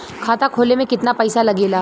खाता खोले में कितना पैसा लगेला?